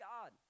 God